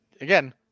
again